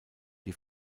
die